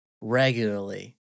regularly